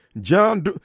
John